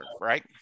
right